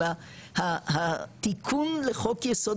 אלא התיקון לחוק יסוד